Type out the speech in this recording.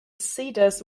cedars